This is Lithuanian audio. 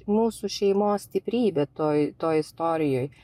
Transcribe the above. mūsų šeimos stiprybė toj toj istorijoj